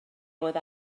oedd